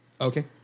Okay